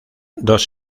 dos